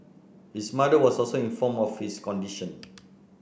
his mother was also informed of his condition